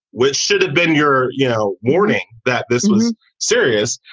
which should have been your, you know, warning that this was serious.